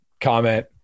comment